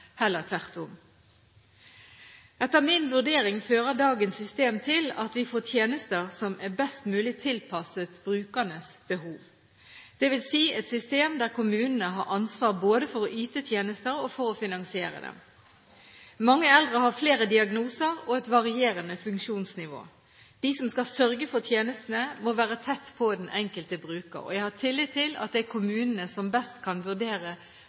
heller tvert om. Etter min vurdering fører dagens system til at vi får tjenester som er best mulig tilpasset brukernes behov, dvs. et system der kommunene har ansvar både for å yte tjenester og for å finansiere dem. Mange eldre har flere diagnoser og et varierende funksjonsnivå. De som skal sørge for tjenestene, må være tett på den enkelte bruker. Jeg har tillit til at det er kommunene som best kan vurdere